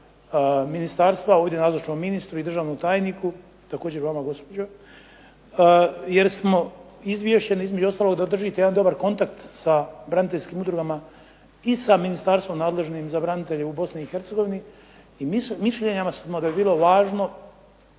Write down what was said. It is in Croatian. ministarstva, ovdje nazočnom ministru i državnom tajniku, također vama gospođo, jer smo izvješće, između ostalo da držite jedan dobar kontakt sa braniteljskim udrugama i sa ministarstvom nadležnim za branitelje u Bosni i Hercegovini i mišljenja smo da bi bilo važno,